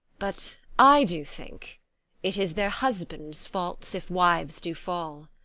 but i do think it is their husbands' faults if wives do fall